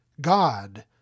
God